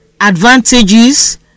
advantages